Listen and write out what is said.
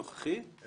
הנוכחי?